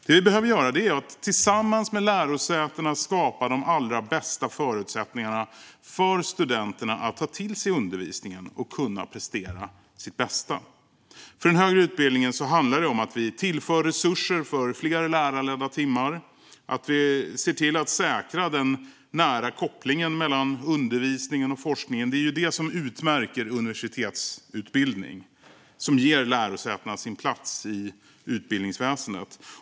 Det vi behöver göra är att tillsammans med lärosätena skapa de allra bästa förutsättningarna för studenterna att ta till sig undervisningen och kunna prestera sitt bästa. För den högre utbildningen handlar det om att vi tillför resurser för fler lärarledda timmar och att vi ser till att säkra den nära kopplingen mellan undervisning och forskning. Det är det som utmärker universitetsutbildning och som ger lärosätena deras plats i utbildningsväsendet.